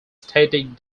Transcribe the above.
static